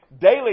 Daily